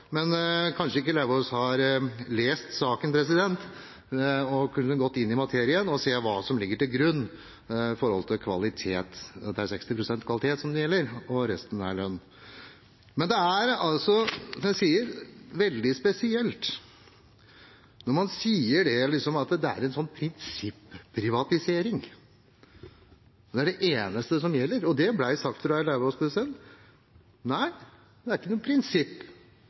Men kanskje ikke Lauvås har lest saken og gått inn i materien for å se hva som ligger til grunn med hensyn til kvalitet, at det er 60 pst. kvalitet som gjelder, og resten er lønn. Men det er, som jeg sier, veldig spesielt når man sier at det liksom er en prinsipprivatisering. Det er det eneste som gjelder. Det ble sagt av Arbeiderpartiets representant. Nei, det er ikke noe prinsipp.